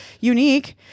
unique